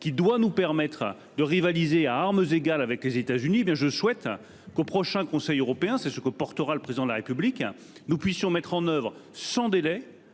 doit nous permettre de rivaliser à armes égales avec les États-Unis. Je souhaite que, au prochain Conseil européen- c'est la position que défendra le Président de la République -, nous puissions mettre en oeuvre sans délai